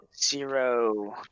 zero